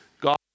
God